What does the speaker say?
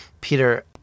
Peter